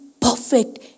perfect